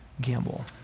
gamble